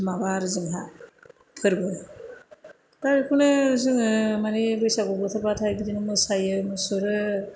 माबा आरो जोंहा फोरबो दा बेखौनो जोङो मानि बैसागु बोथोरबाथाय बिदिनो मोसायो मुसुरो